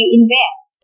invest